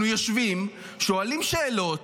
אנחנו יושבים, שואלים שאלות,